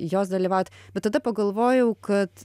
jos dalyvaut bet tada pagalvojau kad